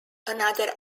another